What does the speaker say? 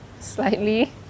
Slightly